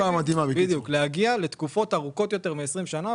כדי להגיע לתקופות ארוכות יותר מ-20 שנה.